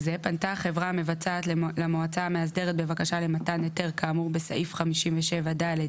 החברה המבצעת למועצה המאסדרת בבקשה למתן היתר כאמור בסעיף 57(ד)